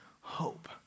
hope